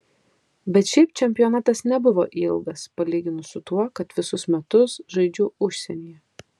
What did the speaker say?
bet šiaip čempionatas nebuvo ilgas palyginus su tuo kad visus metus žaidžiu užsienyje